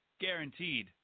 Guaranteed